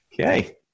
Okay